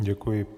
Děkuji.